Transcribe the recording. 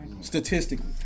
Statistically